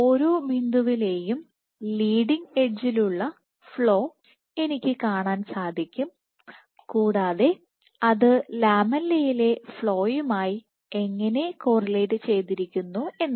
ഓരോ ബിന്ദുവിലെയും ലീഡിങ് എഡ്ജിലുള്ള ഫ്ലോ എനിക്ക് കാണാൻ സാധിക്കും കൂടാതെ അത് ലാമെല്ലയിലെഫ്ലോയുമായി എങ്ങനെ കോറിലേറ്റ് ചെയ്തിരിക്കുന്നു എന്നും